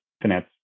finance